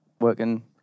working